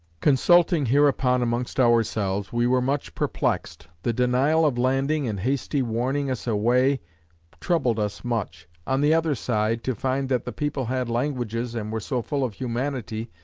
consulting hereupon amongst ourselves, we were much perplexed. the denial of landing and hasty warning us away troubled us much on the other side, to find that the people had languages, and were so full of humanity,